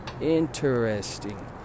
interesting